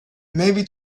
maybe